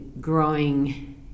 growing